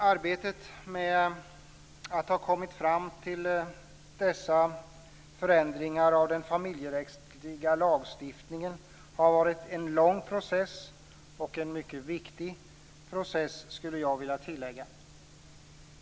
Arbetet med att komma fram till dessa förändringar av den familjerättsliga lagstiftningen har varit en lång process - och en mycket viktig process, skulle jag vilja tillägga.